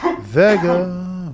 Vega